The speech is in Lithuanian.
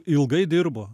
ilgai dirbo